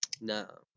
no